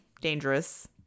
dangerous